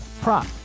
prop